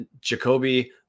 Jacoby